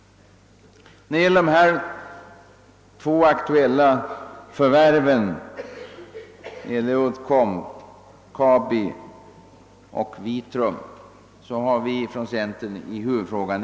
När det gäller de aktuella förvärven — Uddcomb, Kabi och Vitrum — har centern inga invändningar i huvudfrågan.